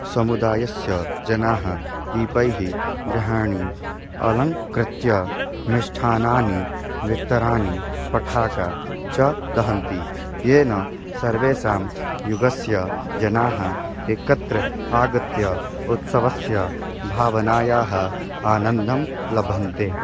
समुदायस्य जनाः दीपैः गृहाणि अलङ्कृत्य मिष्ठान्नानि वितरन्ति पठाक च दहन्ति येन सर्वेषां युगस्य जनाः एकत्र आगत्य उत्सवस्य भावनायाः आनन्दं लभन्ते